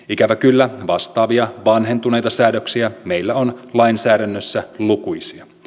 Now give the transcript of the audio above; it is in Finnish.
ikävä kyllä vastaavia vanhentuneita säädöksiä meillä on lainsäädännössä lukuisia